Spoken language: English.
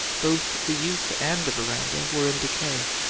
both the youth and the veranda were in decay.